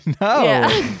No